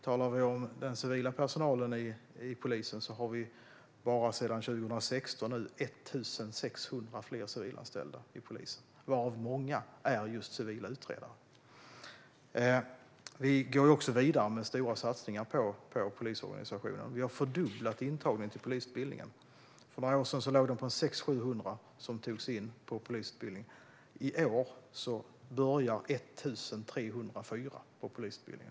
Bara sedan 2016 har vi 1 600 fler civilanställda i polisen, varav många är just civila utredare. Vi går också vidare med stora satsningar på polisorganisationen. Vi har fördubblat intagningen till polisutbildningen. För några år sedan var det 600-700 som togs in på polisutbildningen. I år har 1 304 börjat på polisutbildningen.